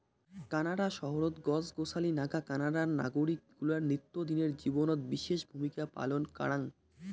Canada শহরত গছ গছালি নাগা কানাডার নাগরিক গুলার নিত্যদিনের জীবনত বিশেষ ভূমিকা পালন কারাং